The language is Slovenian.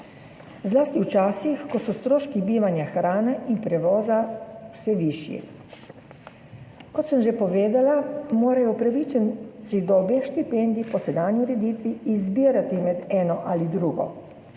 zlasti v časih, ko so stroški bivanja, hrane in prevoza vse višji. Kot sem že povedala, morajo upravičenci do obeh štipendij po sedanji ureditvi izbirati med eno ali drugo.